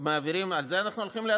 העבירו גם את